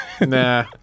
Nah